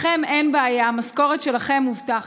לכם אין בעיה, המשכורת שלכם מובטחת,